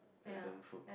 Adam food